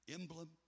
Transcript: emblem